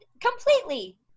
completely